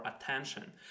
attention